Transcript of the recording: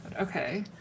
Okay